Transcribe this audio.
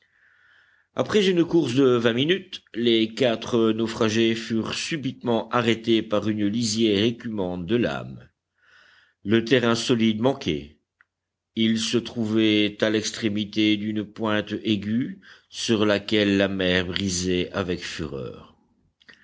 après une course de vingt minutes les quatre naufragés furent subitement arrêtés par une lisière écumante de lames le terrain solide manquait ils se trouvaient à l'extrémité d'une pointe aiguë sur laquelle la mer brisait avec fureur